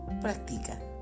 Practica